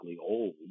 old